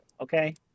Okay